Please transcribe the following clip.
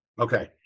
okay